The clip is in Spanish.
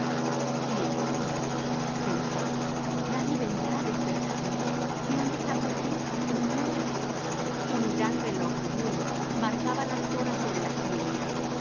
si me duermo pensaba nadie vendrá a despertarme me han dejado aquí para que me muera un gran reloj de boule marcaba las horas sobre la chimenea